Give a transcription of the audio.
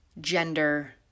gender